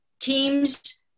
teams